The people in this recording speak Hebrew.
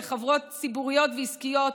בחברות ציבוריות ועסקיות,